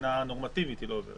מבחינה נורמטיבית היא לא עוברת.